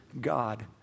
God